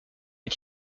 est